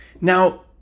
now